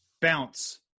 bounce